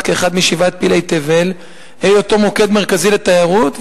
לאחד משבעת פלאי תבל והיותו מוקד מרכזי לתיירות?